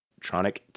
tronic